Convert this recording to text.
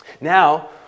Now